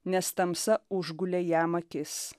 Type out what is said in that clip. nes tamsa užgulė jam akis